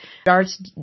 starts